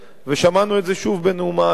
ושמענו את זה שוב בנאומה היום.